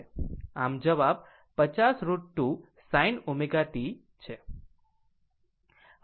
આમ જવાબ 50 √ 2 sin ω t છે